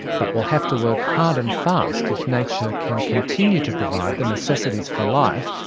but we'll have to work hard and fast if nature can continue to provide the necessities for life,